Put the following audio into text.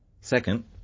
Second